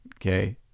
okay